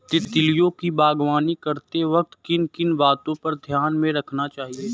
तितलियों की बागवानी करते वक्त किन किन बातों को ध्यान में रखना चाहिए?